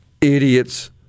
idiots